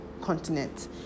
continent